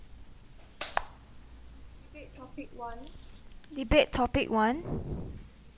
debate topic one debate topic one